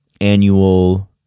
annual